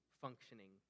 functioning